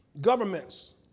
governments